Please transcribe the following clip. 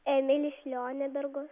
emilis lionebergos